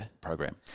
program